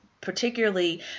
particularly